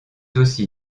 aussi